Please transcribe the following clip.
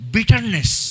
Bitterness